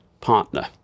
partner